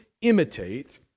imitate